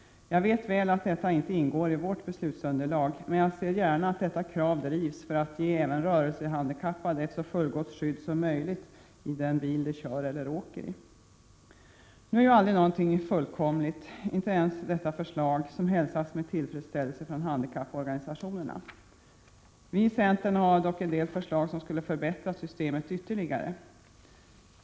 Jag vet att detta inte ingår i vårt beslutsunderlag, men jag ser gärna att detta krav drivs för att ge även 65 rörelsehandikappade ett så fullgott skydd som möjligt i den bil de kör eller åker i. Nu är ju aldrig någonting fullkomligt, inte ens detta förslag som hälsats med tillfredsställelse från handikapporganisationerna. Vi i centern har dock en del förslag som skulle förbättra systemet ytterligare.